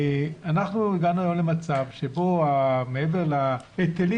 אנחנו הגענו היום למצב שבו מעבר להיטלים